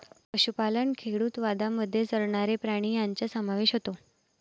पशुपालन खेडूतवादामध्ये चरणारे प्राणी यांचा समावेश होतो